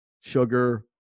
sugar